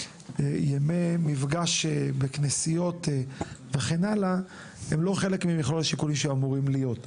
ימי מפגש בכנסיות וכן הלאה הם לא חלק ממכלול השיקולים שאמורים להיות.